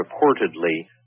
reportedly